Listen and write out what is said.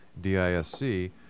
D-I-S-C